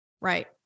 Right